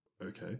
Okay